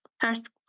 first